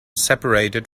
separated